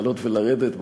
לעלות ולרדת,